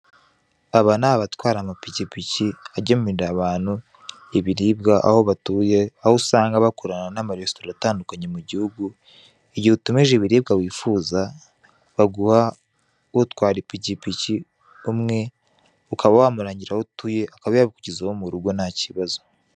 Aba n'abatwara amapikipiki agemurira abantu ibirirwa aho batuye aho usanga bakorana n'amaresitora atandukanye mu gihugu ugiye utumije ibiribwa wifuza baguha utwara ipikipiki umwe ukaba wa murangira aho utuye akaba yakugezaho mu rugo ntakibazo.